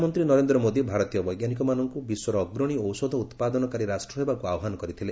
ପ୍ରଧାନମନ୍ତ୍ରୀ ନରେନ୍ଦ୍ର ମୋଦି ଭାରତୀୟ ବୈଜ୍ଞାନିକମାନଙ୍କୁ ବିଶ୍ୱର ଅଗ୍ରଣୀ ଔଷଧ ଉତ୍ପାଦନକାରୀ ରାଷ୍ଟ୍ର ହେବାକୁ ଆହ୍ବାନ କରିଥିଲେ